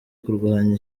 kurwanya